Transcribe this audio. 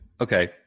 okay